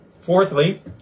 Fourthly